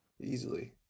easily